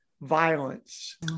violence